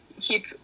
keep